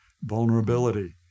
vulnerability